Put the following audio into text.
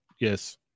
Yes